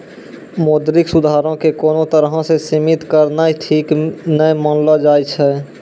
मौद्रिक सुधारो के कोनो तरहो से सीमित करनाय ठीक नै मानलो जाय छै